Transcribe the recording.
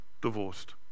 divorced